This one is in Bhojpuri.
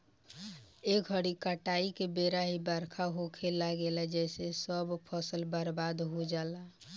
ए घरी काटाई के बेरा ही बरखा होखे लागेला जेसे सब फसल बर्बाद हो जाला